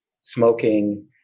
smoking